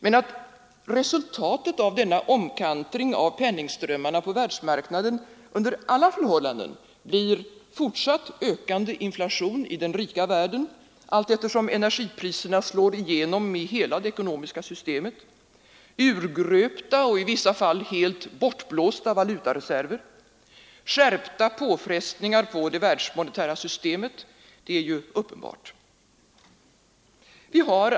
Men att resultatet av denna omkantring av penningströmmarna på världsmarknaden under alla förhållanden blir fortsatt ökande inflation i den rika världen allteftersom energipriserna slår igenom i hela det ekonomiska systemet, urgröpta och i vissa fall helt bortblåsta valutareserver, skärpta påfrestningar på det världsmonetära systemet, är uppenbart.